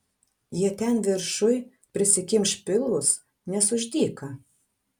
jie ten viršuj prisikimš pilvus nes už dyka